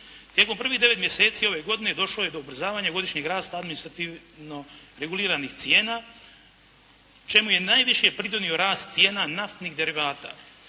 Tijekom prvih 9. mjeseci ove godine došlo je do ubrzavanja godišnjeg rasta administrativno reguliranih cijena čemu je najviše pridonio rast cijena naftnih derivata.